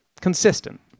Consistent